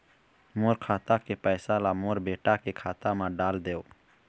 मोर खाता के पैसा ला मोर बेटा के खाता मा डाल देव?